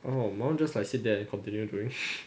oh my one just like sit there and continue doing